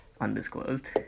undisclosed